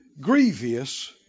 grievous